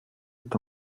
est